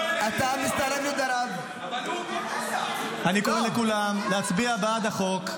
אני קורא לכולם להצביע בעד החוק,